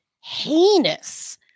heinous